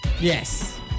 Yes